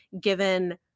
given